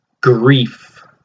grief